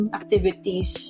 activities